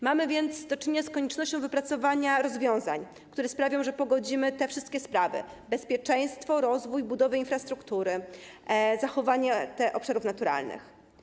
Mamy więc do czynienia z koniecznością wypracowania rozwiązań, które sprawią, że pogodzimy te wszystkie sprawy: bezpieczeństwo, rozwój, budowę infrastruktury, zachowanie obszarów naturalnych.